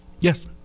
Yes